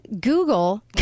Google